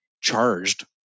charged